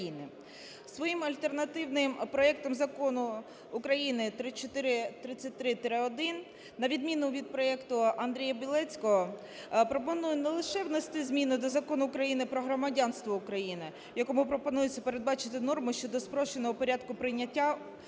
Своїм альтернативним проектом Закону України 3433-1, на відміну від проекту Андрія Білецького, пропоную не лише внести зміни до Закону України про громадянство України, в якому пропонується передбачити норму щодо спрощеного порядку прийняття